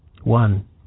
One